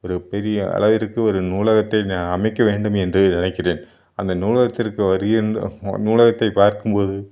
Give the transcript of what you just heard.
ஒரு பெரிய அளவிற்கு ஒரு நூலகத்தை நான் அமைக்க வேண்டுமென்று நினைக்கிறேன் அந்த நூலகத்திற்கு வருகின்ற நூலகத்தை பார்க்கும்போது